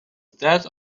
that